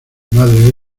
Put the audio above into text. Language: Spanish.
madre